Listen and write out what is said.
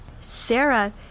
Sarah